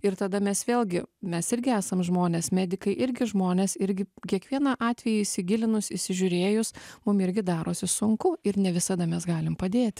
ir tada mes vėlgi mes irgi esam žmonės medikai irgi žmonės irgi kiekvieną atvejį įsigilinus įsižiūrėjus mum irgi darosi sunku ir ne visada mes galim padėti